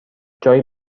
جایی